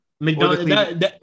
McDonald's